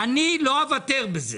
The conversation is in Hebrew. אני לא אוותר בזה.